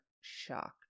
shocked